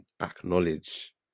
acknowledge